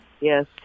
Yes